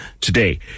today